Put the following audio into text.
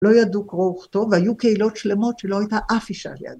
לא ידעו קרוא וכתוב והיו קהילות שלמות שלא הייתה אף אישה ידעה.